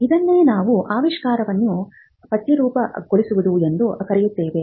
ಇದನ್ನೇ ನಾವು ಆವಿಷ್ಕಾರವನ್ನು ಪಠ್ಯರೂಪಗೊಳಿಸುವುದು ಎಂದು ಕರೆಯುತ್ತೇವೆ